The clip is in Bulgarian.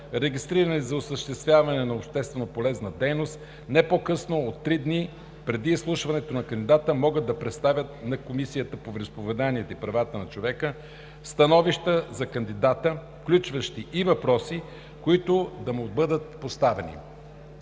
регистрирани за осъществяване на общественополезна дейност, не по-късно от три дни преди изслушването на кандидата могат да представят на Комисията по вероизповеданията и правата на човека становища за кандидата, включващи и въпроси, които да му бъдат поставени.